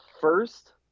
first